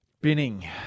Binning